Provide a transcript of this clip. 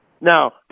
Now